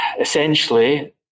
essentially